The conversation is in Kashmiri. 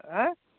ہَہ